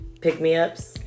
pick-me-ups